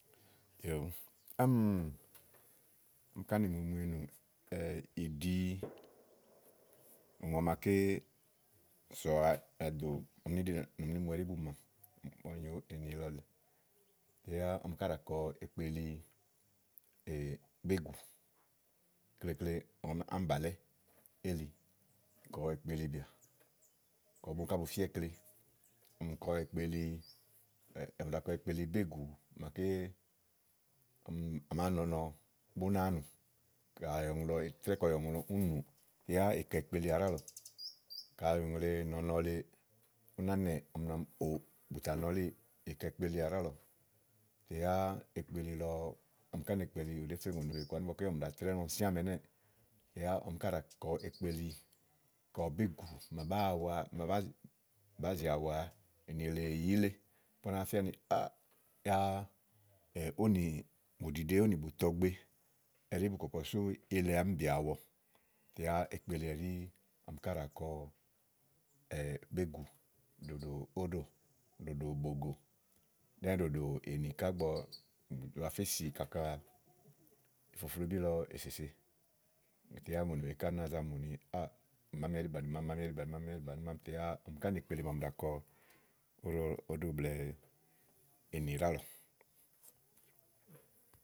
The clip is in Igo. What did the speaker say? yòo, ámìmumu ènù, ùka ámìmumu ènù, ì ɖì ùŋò màaké sòwa àɖò ɔmi nino nì ɔmi níɖe ɛɖí bù màmì ɔmi nyo ènì lɔ lèe ekpelibìà kɔ búni ká bu fía ikle ɔmi kɔ ekpeli, ɔmi ɖàa kɔ ekpeli bégù máaké à màa nɔ ɔnɔ bú náá nù jàà ì trɛ́ɛ̀ kɔ ùŋò lɔ úni nù tè yá ì kɔ ekpelià ɖálɔ̀ɔ kayi ùŋle nɔ̀ɔ ɔnɔ le ɔmi nɔà nì ni ú ná nɛ̀ɛ̀ úni nù, ì kɔ ekpelià ɖálɔ̀ɔ tè yá ekpeli lɔ ɔmi ká nèkpeli lɔ ɖèé fe ùɲonì wèe ku ani ígbɔké ɔmi ɖàa trɛ́ɛ ɛnɛ́ lɔ síã àámi ɛnɛ́ɛ̀ yá ɔmi ká ɖàakɔ ekpeli kɔ bégù màa bàáa wa, màa bà zi awa ènì èle yìílé bìà bàáa fía áà yáá ówónì bùɖiɖe, òwònì bùtɔgbe ɛɖí bù kɔkɔ sú ilɛ àámi bì awɔ, yáá ekpeli ɛɖí ɔmi ká ɖàa kɔ bégù, ɖòɖò óɖò, ɖòɖò bògò, ɖɛ́ɛ́ ɖòɖò ènì ká ígbɔ ni bù tuà fé sìí kaka ìfoflobí lɔ èsèse ètè yá ùŋonì wèe ká nàáa za mù ni áà màámi ɛɖi bàni bàni màámi, màámi ɛɖi bàni màámi, màámi ɛɖi bàni màámi yá ɔmi ká nèkpeli màa ɔmi ɖàa kɔ óɖòblɛ̀ɛ ènì ɖálɔ̀ɔ.